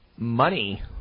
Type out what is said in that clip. Money